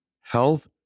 health